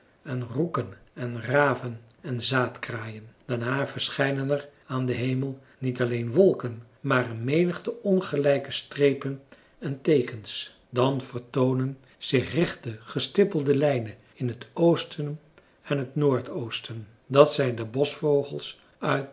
en roeken en raven en zaadkraaien daarna verschijnen er aan den hemel niet alleen wolken maar een menigte ongelijke strepen en teekens dan vertoonen zich rechte gestippelde lijnen in t oosten en t noordoosten dat zijn de